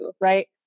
right